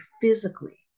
physically